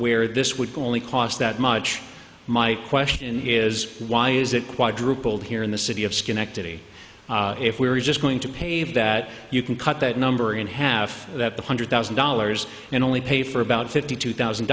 where this would only cost that much my question is why is it quadrupled here in the city of schenectady if we're just going to pave that you can cut that number in half that the hundred thousand dollars and only pay for about fifty two thousand